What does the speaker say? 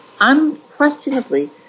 unquestionably